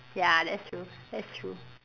ya that's true that's true